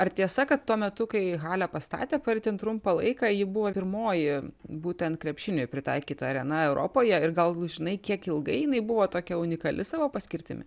ar tiesa kad tuo metu kai halę pastatė per itin trumpą laiką ji buvo pirmoji būtent krepšiniui pritaikyta arena europoje ir gal žinai kiek ilgai jinai buvo tokia unikali savo paskirtimi